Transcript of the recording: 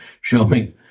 showing